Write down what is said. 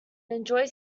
enjoys